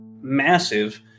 massive